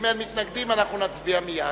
אם אין מתנגדים אנחנו נצביע מייד.